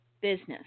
business